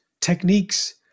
techniques